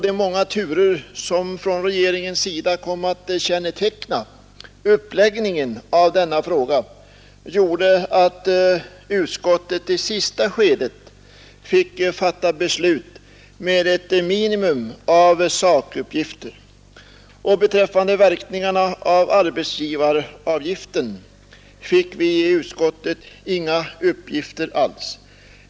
De många turer som från regeringens sida kom att känneteckna uppläggningen av denna fråga gjorde att utskottet i sista skedet fick fatta beslut med ett minimum av sakuppgifter. Beträffande verkningarna av arbetsgivaravgiften fick vi i utskottet inga uppgifter alls.